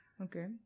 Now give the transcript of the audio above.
Okay